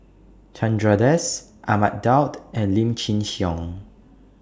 Chandra Das Ahmad Daud and Lim Chin Siong